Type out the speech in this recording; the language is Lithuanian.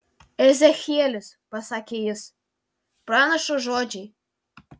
ezechielis pasakė jis pranašo žodžiai